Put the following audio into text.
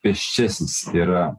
pėsčiasis yra